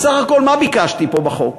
בסך הכול, מה ביקשתי פה בחוק?